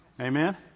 Amen